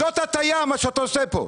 זו הטעיה, מה שאתה עושה פה.